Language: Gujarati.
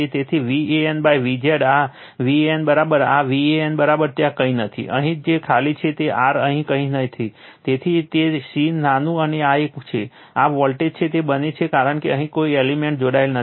તેથી V AN V Z આ V AN આ V AN ત્યાં કંઈ નથી અહીં જે ખાલી છે r કંઈ નથી તેવી જ રીતે ત્યાં C નાનું અને આ એક છે આ વોલ્ટેજ તે બને છે કારણ કે અહીં કોઈ એલિમેન્ટ જોડાયેલ નથી